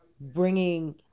bringing